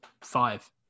five